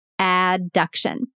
Adduction